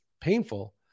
painful